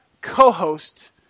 co-host